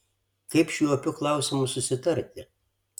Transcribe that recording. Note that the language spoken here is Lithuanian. kaip šiuo opiu klausimu susitarti